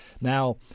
Now